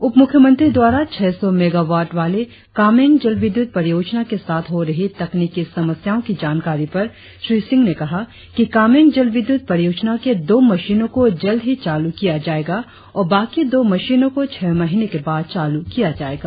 उप मुख्यमंत्री द्वारा छह सौ मेगावाट वाली कामेंग जलविद्युत परियोजना के साथ हो रही तकनिकी समस्याओं की जानकारी पर श्री सिंह ने कहा कि कामेंग जलविद्युत परियोजना के दो मशीनों को जल्द ही चालू किया जाएगा और बाकी दो मशीनों को छह महीने के बाद चालू किया जायेगा